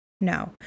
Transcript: No